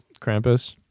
Krampus